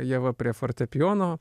ieva prie fortepijono